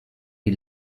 die